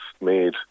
made